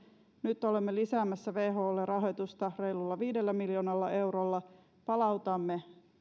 nyt olemme lisäämässä wholle rahoitusta reilulla viidellä miljoonalla eurolla palautamme